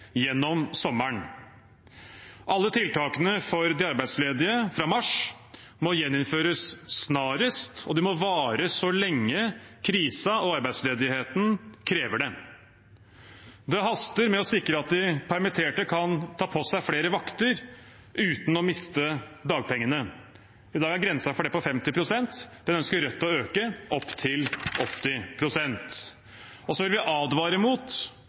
gjennom sommeren. Alle tiltakene for de arbeidsledige fra mars må gjeninnføres snarest, og de må vare så lenge krisen og arbeidsledigheten krever det. Det haster med å sikre at de permitterte kan ta på seg flere vakter uten å miste dagpengene. I dag er grensen for det på 50 pst. Den ønsker Rødt å øke til 80 pst. Så vil vi advare mot